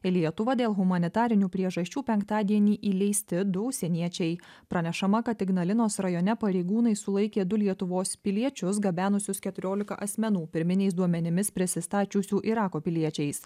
į lietuvą dėl humanitarinių priežasčių penktadienį įleisti du užsieniečiai pranešama kad ignalinos rajone pareigūnai sulaikė du lietuvos piliečius gabenusius keturiolika asmenų pirminiais duomenimis prisistačiusių irako piliečiais